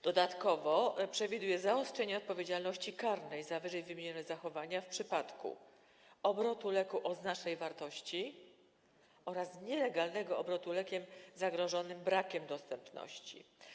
Dodatkowo przewiduje zaostrzenie odpowiedzialności karnej za ww. zachowania w przypadku obrotu lekiem o znacznej wartości oraz nielegalnego obrotu lekiem zagrożonym brakiem dostępności.